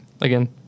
Again